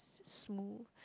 smooth